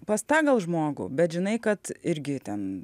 pas tą gal žmogų bet žinai kad irgi ten